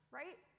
right